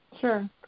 Sure